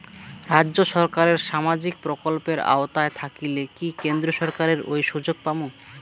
রাজ্য সরকারের সামাজিক প্রকল্পের আওতায় থাকিলে কি কেন্দ্র সরকারের ওই সুযোগ পামু?